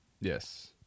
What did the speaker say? Yes